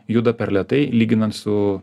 juda per lėtai lyginan su